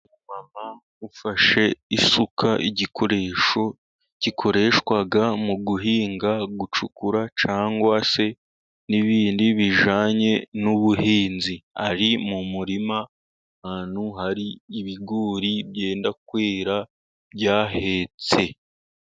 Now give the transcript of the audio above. Umumama ufashe isuka, igikoresho gikoreshwa mu guhinga, gucukura cyangwa se n'ibindi bijyanye n'ubuhinzi. Ari mu murima ahantu hari ibigori byenda kwera byahetse.